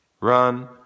Run